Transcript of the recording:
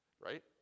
right